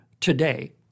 today